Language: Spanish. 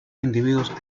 individuos